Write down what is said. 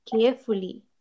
carefully